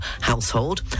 household